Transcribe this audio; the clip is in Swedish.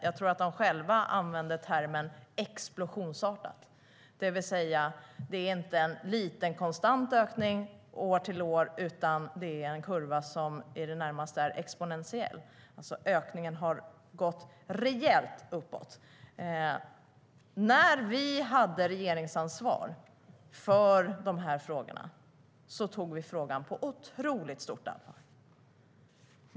Jag tror att de använde termen explosionsartat, det vill säga att det inte är en liten, konstant ökning år för år, utan kurvan är i det närmaste exponentiell. Nätdrogerna har alltså ökat rejält. När vi hade regeringsansvaret för de här frågorna tog vi frågan om nätdroger på oerhört stort allvar.